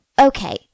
Okay